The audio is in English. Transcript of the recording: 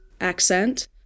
accent